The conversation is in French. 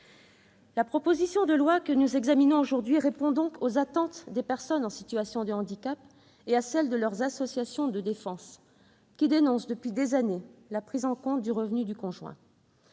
La proposition de loi que nous examinons répond aux attentes des personnes en situation de handicap et à celles de leurs associations de défense, qui dénoncent, depuis des années, la prise en compte du revenu du conjoint.